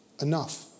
Enough